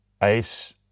ice